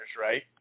right